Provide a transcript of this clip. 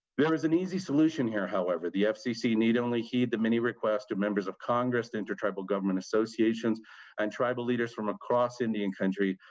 there is an easy solution here ourselves, the fcc need only heed the many requests to members of congress, intertribal government associations and tribal leaders from across indian country,